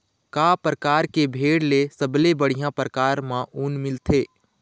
का परकार के भेड़ ले सबले बढ़िया परकार म ऊन मिलथे?